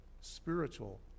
spiritual